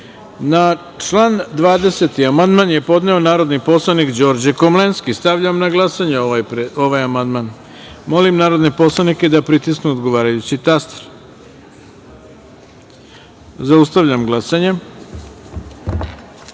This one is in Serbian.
član 71. amandman je podneo narodni poslanik Đorđe Komlenski. Stavljam na glasanje ovaj amandman. Molim narodne poslanike da pritisnu odgovarajući taster. Zaustavljam glasanje: